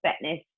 fitness